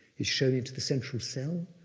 is shown into the central cell.